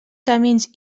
camins